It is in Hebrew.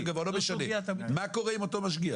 מה קורה עם אותו משגיח?